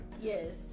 Yes